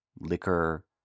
liquor